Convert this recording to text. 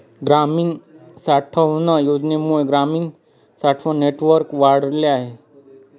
ग्रामीण साठवण योजनेमुळे ग्रामीण साठवण नेटवर्क वाढले आहे